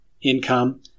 income